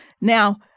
Now